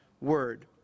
Word